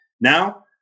Now